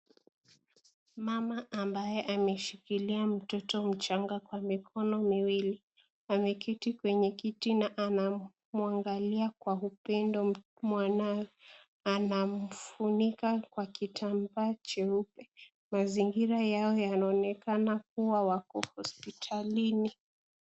Mama ambaye ameshikilia mtoto mchanga kwa mikono miwili ,ameketi kwenye kiti na anamwangalia kwa upendo mwana, anamfunika kwa kitambaa cheupe . Mazingira yao yanaonekana kuwa wako hospitalini.